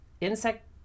insect